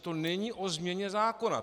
To není o změně zákona.